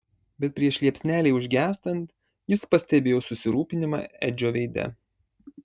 bet prieš liepsnelei užgęstant jis pastebėjo susirūpinimą edžio veide